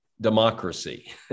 democracy